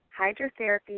Hydrotherapy